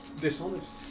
dishonest